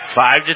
Five